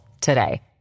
today